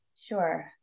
Sure